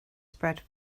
spread